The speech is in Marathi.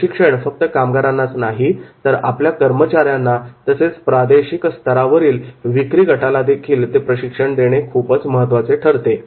हे प्रशिक्षण फक्त कामगारांनाच नाही तर आपल्या कर्मचाऱ्यांना तसेच प्रादेशिक स्तरावरील विक्री गटाला देखील ते प्रशिक्षण देणे खूपच महत्त्वाचे ठरते